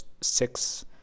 six